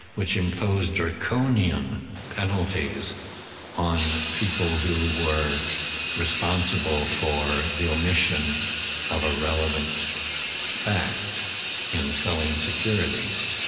which imposed draconian penalties on people who were responsible for the omission of irrelevant fact in selling securities.